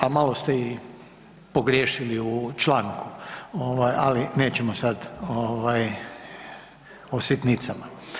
A malo ste i pogriješili u članku ali nećemo sad o sitnicama.